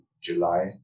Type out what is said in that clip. July